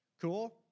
Cool